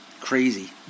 crazy